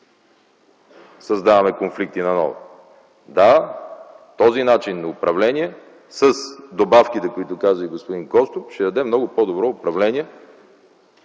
създаваме конфликти? Да, този начин на управление с добавките, за които каза и господин Костов, ще даде много по-добро управление